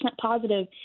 positive